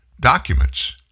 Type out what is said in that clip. documents